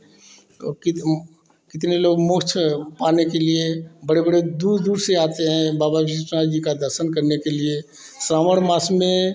ओर कित कितने लोग मोक्ष पाने के लिए बड़े बड़े दूर दूर से आते हैं बाबा विश्वनाथ जी का दर्शन करने के लिए श्रावण मास में